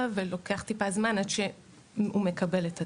ולוקח טיפה זמן עד שהוא מקבל את התעודה.